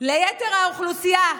ליתר האוכלוסייה?